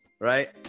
right